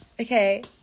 Okay